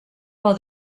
while